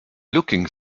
looking